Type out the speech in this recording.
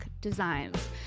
designs